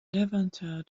levanter